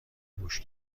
گوش